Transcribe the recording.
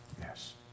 Yes